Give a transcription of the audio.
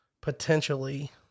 potentially